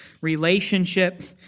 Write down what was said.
relationship